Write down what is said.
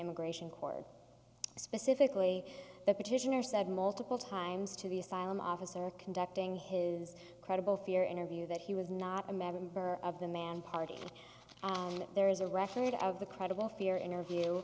immigration court specifically the petitioner said multiple times to the asylum officer conducting his credible fear interview that he was not a member of the man party and there is a record of the credible fear interview